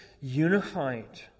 unified